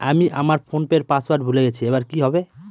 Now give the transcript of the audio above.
আমি আমার ফোনপের পাসওয়ার্ড ভুলে গেছি এবার কি হবে?